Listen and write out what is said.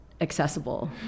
accessible